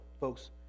folks